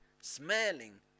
smelling